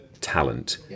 talent